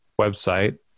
website